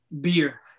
beer